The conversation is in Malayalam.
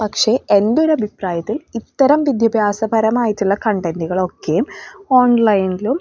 എൻറ്റൊരഭിപ്രായത്തിൽ ഇത്തരം വിദ്യാഭ്യാസപരമായിട്ടുള്ള കണ്ടൻറ്റുകളൊക്കെയും ഓൺലൈനിലും